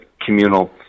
communal